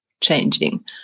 changing